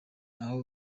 aho